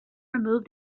remove